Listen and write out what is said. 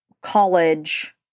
college